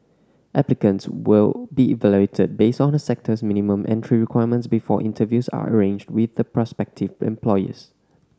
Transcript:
applicants will be evaluated based on a sector's minimum entry requirements before interviews are arranged with the prospective employers